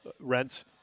rents